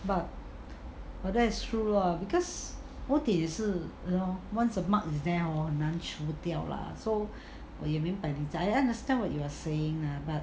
but well that's true lah because 误点也是 you know once a mark is there hor 很难处理掉 lah so 我也明白 I mean I understand what you are saying lah but